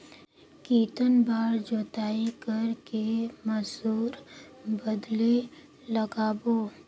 कितन बार जोताई कर के मसूर बदले लगाबो?